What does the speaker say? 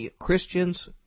Christian's